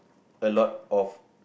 a lot of